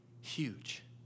huge